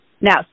Now